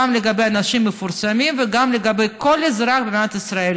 גם לגבי אנשים מפורסמים וגם לגבי כל אזרח במדינת ישראל,